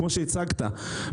כמו שהצגת,